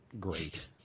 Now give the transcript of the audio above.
great